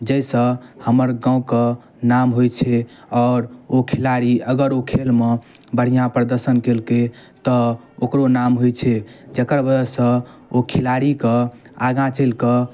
जाहिसँ हमर गामके नाम होइ छै आओर ओ खेलाड़ी अगर ओ खेलमे बढ़िआँ प्रदर्शन केलकै तऽ ओकरो नाम होइ छै जकर वजहसँ ओ खिलाड़ीके आगाँ चलिकऽ